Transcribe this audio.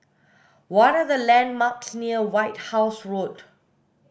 what are the landmarks near White House Road